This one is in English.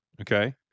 okay